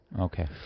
Okay